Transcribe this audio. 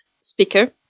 speaker